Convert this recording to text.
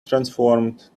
transformed